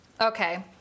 Okay